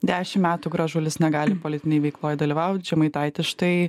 dešim metų gražulis negali politinėj veikloj dalyvaut žemaitaitis štai